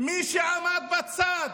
מי שעמד בצד,